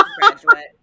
Graduate